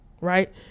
right